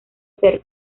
ser